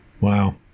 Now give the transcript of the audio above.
Wow